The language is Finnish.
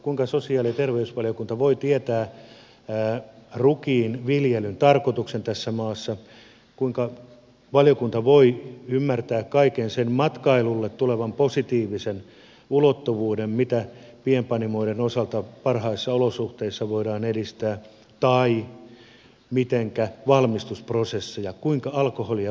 kuinka sosiaali ja terveysvaliokunta voi tietää rukiin viljelyn tarkoituksen tässä maassa kuinka valiokunta voi ymmärtää kaiken sen matkailulle tulevan positiivisen ulottuvuuden mitä pienpanimoiden osalta parhaissa olosuhteissa voidaan edistää tai valmistusprosessit kuinka alkoholia valmistetaan tai markkinoidaan